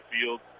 field